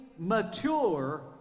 mature